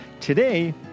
Today